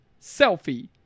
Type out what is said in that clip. selfie